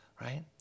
right